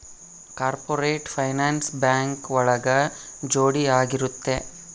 corporate finance bank ಒಳಗ ಜೋಡಿ ಆಗಿರುತ್ತೆ